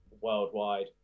worldwide